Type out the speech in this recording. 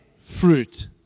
fruit